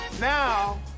now